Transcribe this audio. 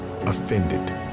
offended